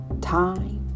time